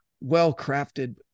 well-crafted